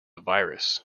virus